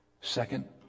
second